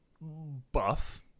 buff